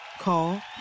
Call